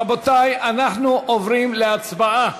רבותי, אנחנו עוברים להצבעה